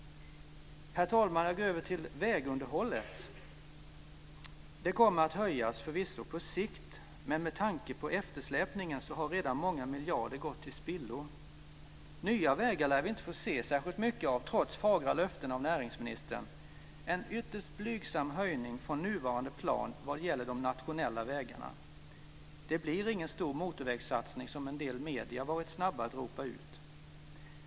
Herr talman! Jag går nu över till att tala om vägunderhållet. Det kommer förvisso att höjas på sikt, men med tanke på eftersläpningen har redan många miljarder gått till spillo. Nya vägar lär vi inte få se särskilt mycket av trots fagra löften av näringsministern. Det är en ytterst blygsam höjning från nuvarande plan vad gäller de nationella vägarna. Det blir ingen stor motorvägssatsning, som en del medier varit snabba att ropa ut.